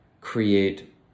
create